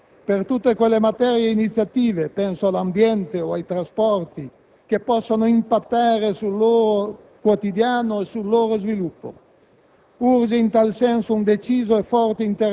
in tutte le materie di loro competenza, per tutte quelle materie ed iniziative (penso all'ambiente e ai trasporti) che possono impattare sul loro quotidiano e sul loro sviluppo.